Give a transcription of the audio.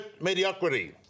mediocrity